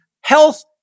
health